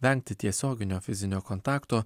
vengti tiesioginio fizinio kontakto